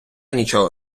нічого